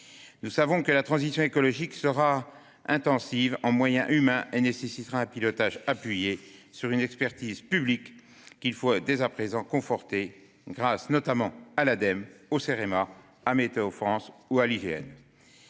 Nous savons que la transition écologique sera intensive en moyens humains et nécessitera un pilotage appuyé sur une expertise publique qu'il faut dès à présent conforter, grâce notamment à l'Ademe, au Cerema, à Météo-France ou à l'IGN.